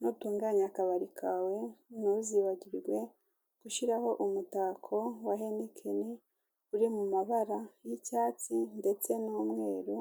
Nutunganya akabari kawe ntuzibagirwe gushyiraho umutako wa henikeni uri mu mabara y'icyatsi ndetse n'umweru,